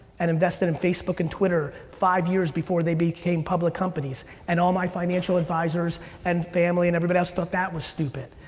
and invested in facebook and twitter five years before they became public companies and all my financial advisors and family and everybody else thought that was stupid.